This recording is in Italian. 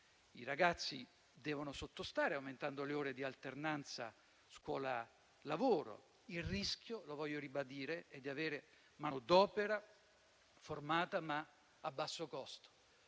i ragazzi devono sottostare, aumentando le ore di alternanza scuola-lavoro. Il rischio - lo voglio ribadire - è di avere manodopera formata, ma a basso costo.